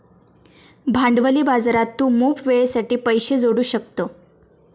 भांडवली बाजारात तू मोप वेळेसाठी पैशे जोडू शकतं